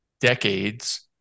decades